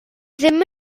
ddim